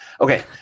Okay